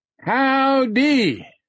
Howdy